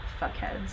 fuckheads